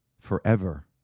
forever